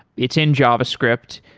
it's in javascript.